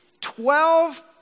Twelve